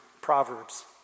Proverbs